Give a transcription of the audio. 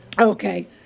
Okay